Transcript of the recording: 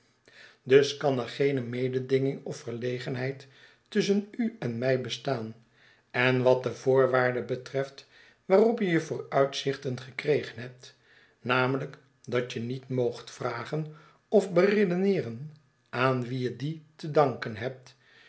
dus kan er geene mededinging of verlegenheid tusschen u en mij bestaan en wat de voorwaarde betreft waarop je je vooruitzichten gekregen hebt namely k dat je niet moogt vragen of beredeneeren aan wien je die te danken hebt